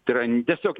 tai yra tiesiog